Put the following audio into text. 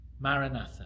Maranatha